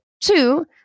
Two